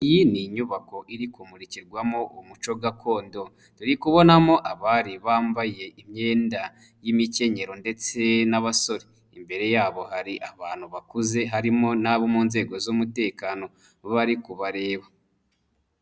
Iyi ni inyubako iri kumurikirwamo umuco gakondo, turi kubonamo abari bambaye imyenda y'imikenyero ndetse n'abasore, imbere yabo hari abantu bakuze harimo n'abo mu nzego z'umutekano, bari kubareba.